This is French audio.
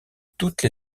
toutes